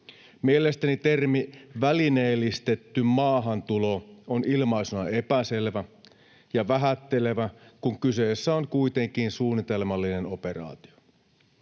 Mielestäni termi ”välineellistetty maahantulo” on ilmaisuna epäselvä ja vähättelevä, kun kyseessä on kuitenkin suunnitelmallinen operaatio.